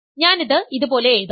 അതിനാൽ ഞാനിത് ഇതുപോലെ എഴുതാം